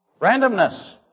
Randomness